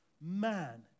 man